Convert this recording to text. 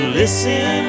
listen